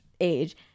age